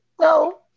no